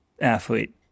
athlete